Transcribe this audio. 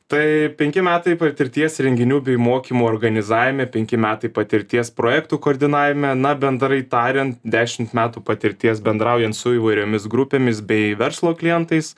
tai penki metai patirties renginių bei mokymų organizavime penki metai patirties projektų koordinavime na bendrai tariant dešimt metų patirties bendraujant su įvairiomis grupėmis bei verslo klientais